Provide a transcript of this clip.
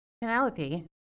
Penelope